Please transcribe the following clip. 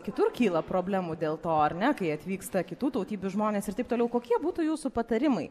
kitur kyla problemų dėl to ar ne kai atvyksta kitų tautybių žmonės ir taip toliau kokie būtų jūsų patarimai